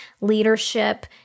leadership